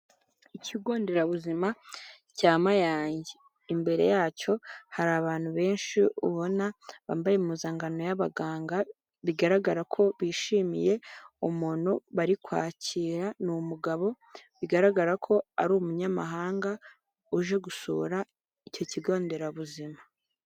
Ikigo nderabuzima cya Mayange, imbere yacyo hari abantu benshi ubona bambaye impuzankano y'abaganga bigaragara ko bishimiye umuntu bari kwakira, ni umugabo bigaragara ko ari umunyamahanga uje gusura icyo kigo nderabuzima.